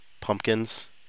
pumpkins